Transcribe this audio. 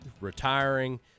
retiring